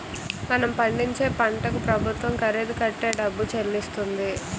మనం పండించే పంటకు ప్రభుత్వం ఖరీదు కట్టే డబ్బు చెల్లిస్తుంది